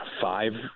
five